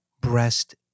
breast